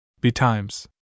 Betimes